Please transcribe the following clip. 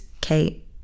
Kate